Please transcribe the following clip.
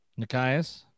Nikias